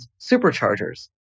superchargers